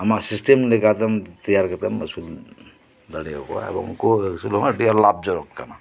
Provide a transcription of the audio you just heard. ᱟᱢᱟᱜ ᱥᱤᱥᱴᱮᱢ ᱞᱮᱠᱟᱛᱮ ᱛᱮᱭᱟᱨ ᱠᱟᱛᱮᱢ ᱟᱹᱥᱩᱞ ᱫᱟᱲᱮ ᱟᱠᱚᱭᱟ ᱮᱵᱚᱝ ᱩᱱᱠᱩ ᱟᱹᱥᱩᱞ ᱦᱚᱸ ᱟᱹᱰᱤ ᱞᱟᱵᱷ ᱡᱚᱱᱚᱠ ᱠᱟᱱᱟ